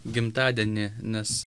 gimtadienį nes